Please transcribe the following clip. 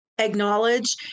acknowledge